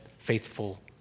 Faithful